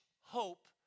hope